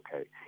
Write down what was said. okay